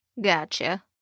Gotcha